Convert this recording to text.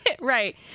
Right